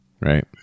right